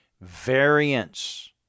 variance